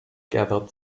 gathered